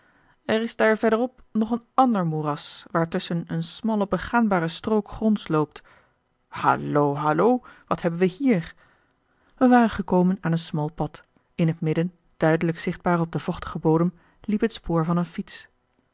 er is daar verderop nog een ander moeras waartusschen een smalle begaanbare strook gronds loopt hallo hallo wat hebben wij hier wij waren gekomen aan een smal pad in het midden duidelijk zichtbaar op den vochtigen bodem liep het spoor van een fiets